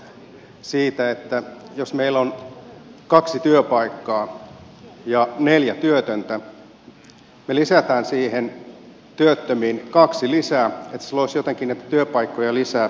tämä logiikka siitä että jos meillä on kaksi työpaikkaa ja neljä työtöntä ja me lisäämme siihen työttömiin kaksi lisää niin se loisi jotenkin näitä työpaikkoja lisää ei oikeastaan toimi